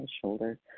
shoulder